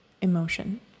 emotion